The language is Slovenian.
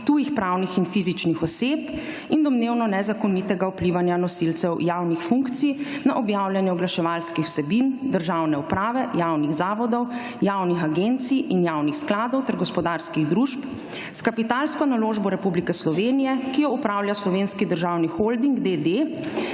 tujih pravnih in fizičnih oseb in domnevno nezakonito vplivanje nosilcev javnih funkcij na objavljanje oglaševalskih vsebin državne uprave, javnih zavodov, javnih agencij in javnih skladov ter gospodarskih družb s kapitalsko naložbo Republike Slovenije, ki jo upravlja Slovenski državni holding d.